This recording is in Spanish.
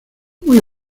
muy